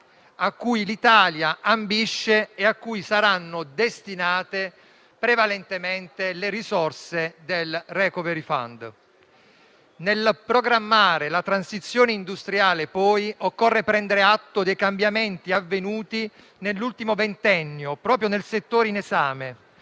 a cui l'Italia ambisce e a cui saranno destinate prevalentemente le risorse del *recovery fund*. Nel programmare la transizione industriale, poi, occorre prendere atto dei cambiamenti avvenuti nell'ultimo ventennio proprio nel settore in esame,